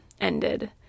ended